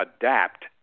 adapt